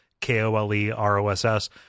K-O-L-E-R-O-S-S